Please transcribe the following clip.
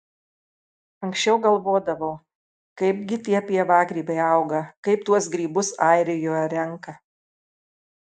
anksčiau galvodavau kaipgi tie pievagrybiai auga kaip tuos grybus airijoje renka